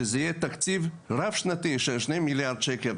שזה יהיה תקציב רב שנתי של 2 מיליארד שקל.